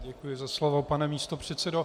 Děkuji za slovo, pane místopředsedo.